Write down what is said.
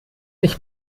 nicht